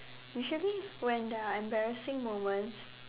usually when there are embarrassing moments